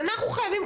אנחנו חייבים,